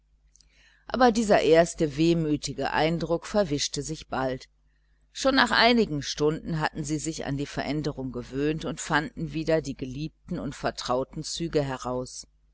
aber dieser erste wehmütige eindruck verwischte sich bald schon nach einigen stunden hatten sie sich an die veränderung gewöhnt und fanden wieder die geliebten vertrauten züge heraus